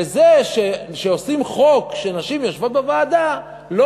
וזה שעושים חוק שנשים יושבות בוועדה לא